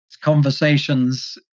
conversations